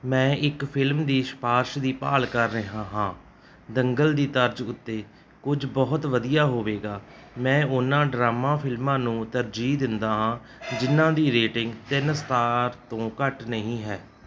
ਮੈਂ ਇੱਕ ਫਿਲਮ ਦੀ ਸਿਫਾਰਸ਼ ਦੀ ਭਾਲ ਕਰ ਰਿਹਾ ਹਾਂ ਦੰਗਲ ਦੀ ਤਰਜ਼ ਉੱਤੇ ਕੁਝ ਬਹੁਤ ਵਧੀਆ ਹੋਵੇਗਾ ਮੈਂ ਉਹਨਾਂ ਡਰਾਮਾ ਫਿਲਮਾਂ ਨੂੰ ਤਰਜੀਹ ਦਿੰਦਾ ਹਾਂ ਜਿਨ੍ਹਾਂ ਦੀ ਰੇਟਿੰਗ ਤਿੰਨ ਸਟਾਰ ਤੋਂ ਘੱਟ ਨਹੀਂ ਹੈ